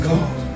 God